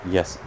Yes